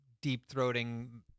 deep-throating